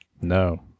No